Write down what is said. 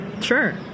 Sure